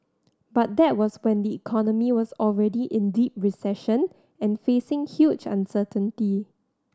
but that was when the economy was already in deep recession and facing huge uncertainty